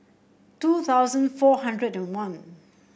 two thousand four hundred and one